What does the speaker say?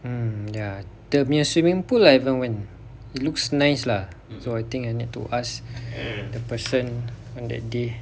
mm ya dia nya swimming pool I ever went it looks nice lah so I think I need to ask the person on that day